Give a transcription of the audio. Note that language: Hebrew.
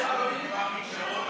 איזו שאילתה.